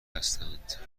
هستند